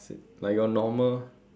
like your normal